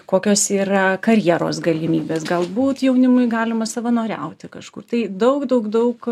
kokios yra karjeros galimybės galbūt jaunimui galima savanoriauti kažkur tai daug daug daug